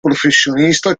professionista